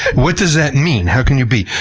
what does that mean, how can you be?